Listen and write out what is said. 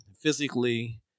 physically